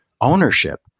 ownership